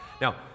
Now